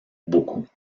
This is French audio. beaucoup